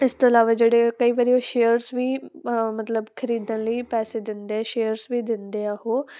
ਇਸ ਤੋਂ ਇਲਾਵਾ ਜਿਹੜੇ ਕਈ ਵਾਰੀ ਉਹ ਸ਼ੇਅਰਸ ਵੀ ਮਤਲਬ ਖਰੀਦਣ ਲਈ ਪੈਸੇ ਦਿੰਦੇ ਆ ਸ਼ੇਅਰਸ ਵੀ ਦਿੰਦੇ ਆ ਉਹ